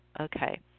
okay